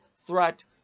threat